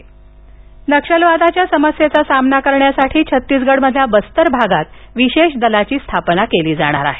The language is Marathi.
छत्तीसगड नक्षलवाद नक्षलवादाच्या समस्येचा सामना करण्यासाठी छत्तीसगडमधील बस्तर भागात विशेष दलाची स्थापना केली जाणार आहे